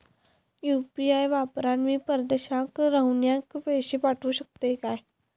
UPI वापरान मी परदेशाक रव्हनाऱ्याक पैशे पाठवु शकतय काय?